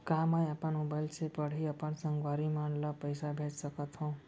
का मैं अपन मोबाइल से पड़ही अपन संगवारी मन ल पइसा भेज सकत हो?